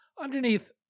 underneath